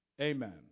Amen